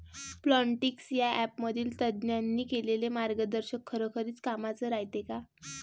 Plantix या ॲपमधील तज्ज्ञांनी केलेली मार्गदर्शन खरोखरीच कामाचं रायते का?